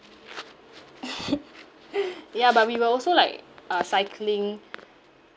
ya but we will also like uh cycling